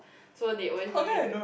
so they always bring me to